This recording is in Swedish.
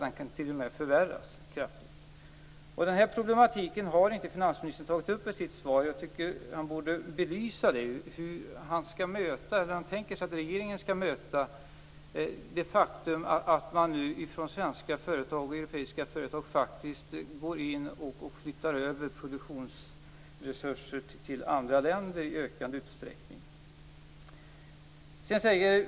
Denna problematik har inte finansministern tagit upp i sitt svar. Jag tycker att han borde belysa hur han tänker sig att regeringen skall möta det faktum att man nu från svenska och europeiska företag flyttar över produktionsresurser till andra länder i ökad utsträckning.